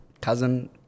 cousin